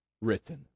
written